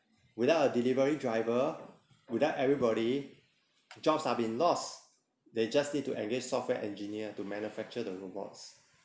without a delivery driver without everybody jobs are being loss they just need to engage software engineer to manufacture the robots